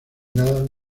nadan